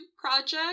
project